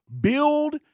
build